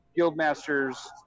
Guildmasters